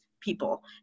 people